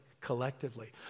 collectively